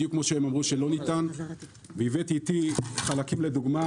בדיוק כמו שהם אמרו שלא ניתן והבאתי איתי חלקים לדוגמה.